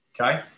okay